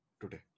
today